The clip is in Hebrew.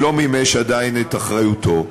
שלא מימש עדיין את אחריותו.